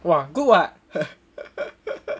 !wah! good [what]